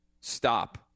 Stop